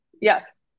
yes